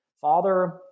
father